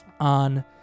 on